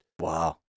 Wow